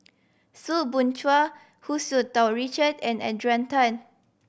Soo Bin Chua Hu Tsu Tau Richard and Adrian Tan